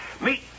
meet